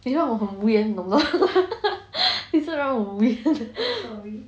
你知道我很你懂不懂 你真的让我很